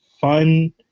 fun